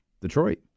Detroit